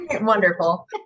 Wonderful